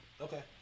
Okay